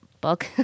book